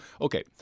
okay